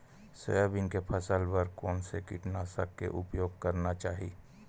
Soybean के फसल बर कोन से कीटनाशक के उपयोग करना चाहि?